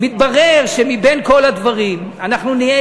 מתברר שמבין כל הדברים אנחנו נהיה